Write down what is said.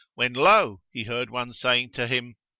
when lo! he heard one saying to him,